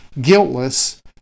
guiltless